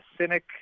cynic